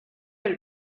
elle